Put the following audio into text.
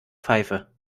pfeife